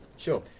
sure.